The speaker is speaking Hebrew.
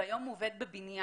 היום הוא עובד בבניין.